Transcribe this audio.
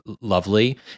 lovely